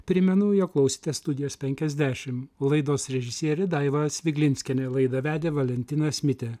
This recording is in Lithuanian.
primenu jog klausėte studijos penkiasdešimt laidos režisierė daiva asviglinskienė laidą vedė valentinas mitė